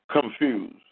confused